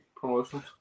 promotions